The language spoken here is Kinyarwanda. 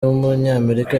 w’umunyamerika